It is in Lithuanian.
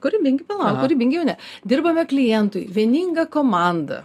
kūrybingi palauk kūrybingi jau ne dirbame klientui vieninga komanda